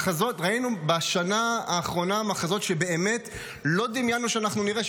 ראינו בשנה האחרונה מחזות שבאמת לא דמיינו שאנחנו נראה,